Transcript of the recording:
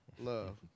Love